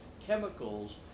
chemicals